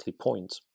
Point